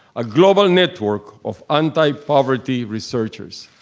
a global network of anti-poverty researchers.